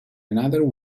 another